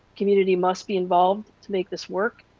community must be involved to make this work.